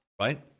right